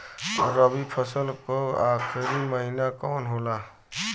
रवि फसल क आखरी महीना कवन होला?